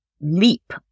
Leap